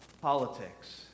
politics